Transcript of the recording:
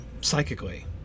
psychically